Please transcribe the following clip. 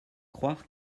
coire